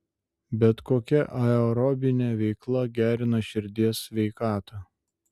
bet kokia aerobinė veikla gerina širdies sveikatą